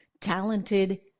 Talented